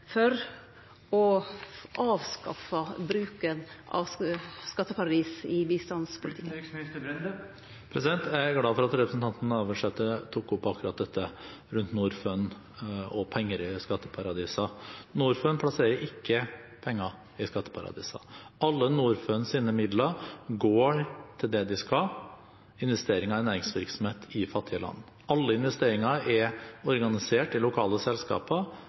for å avskaffe bruken av skatteparadis når det gjeld bistand. Jeg er glad for at representanten Navarsete tok opp akkurat dette rundt Norfund og penger i skatteparadiser. Norfund plasserer ikke penger i skatteparadiser. Alle Norfunds midler går til det de skal: investeringer i næringsvirksomhet i fattige land. Alle investeringer er organisert i lokale